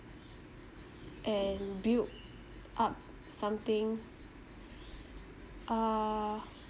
and build up something uh